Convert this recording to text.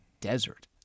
desert